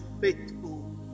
faithful